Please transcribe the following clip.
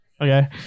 Okay